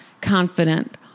confident